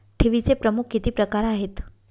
ठेवीचे प्रमुख किती प्रकार आहेत?